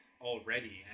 already